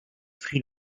sri